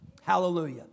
Hallelujah